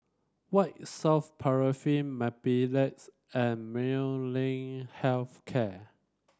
White Soft Paraffin Mepilex and Molnylcke Health Care